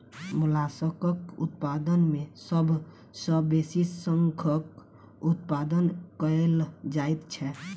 मोलास्कक उत्पादन मे सभ सॅ बेसी शंखक उत्पादन कएल जाइत छै